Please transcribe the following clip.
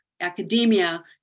academia